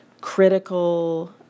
critical